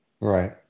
Right